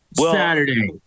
Saturday